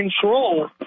control